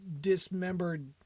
dismembered